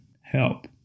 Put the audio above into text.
help